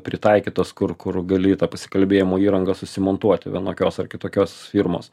pritaikytos kur kur gali tą pasikalbėjimo įrangą susimontuoti vienokios ar kitokios firmos